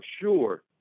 sure